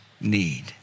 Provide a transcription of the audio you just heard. need